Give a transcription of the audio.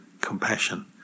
compassion